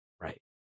right